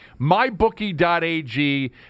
mybookie.ag